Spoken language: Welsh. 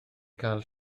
cael